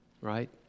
right